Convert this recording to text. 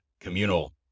communal